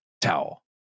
Towel